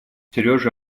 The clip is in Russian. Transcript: сережа